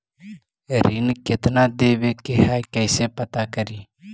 ऋण कितना देवे के है कैसे पता करी?